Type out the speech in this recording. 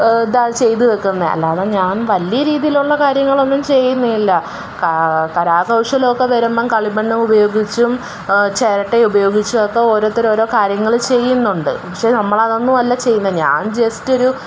ഇതാ ചെയ്ത്വെക്കുന്നത് അല്ലാതെ ഞാൻ വലിയ രീതിയിലുള്ള കാര്യങ്ങളൊന്നും ചെയ്യുന്നില്ല കരാകൗശലമൊക്കെ വരുമ്പോള് കളിമണ്ണ് ഉപയോഗിച്ചും ചിരട്ട ഉപയോഗിച്ചുമൊക്കെ ഓരോരുത്തര് ഓരോ കാര്യങ്ങള് ചെയ്യുന്നുണ്ട് പക്ഷെ നമ്മൾ അതൊന്നുമല്ല ചെയ്യുന്നത് ഞാൻ ജസ്റ്റൊരു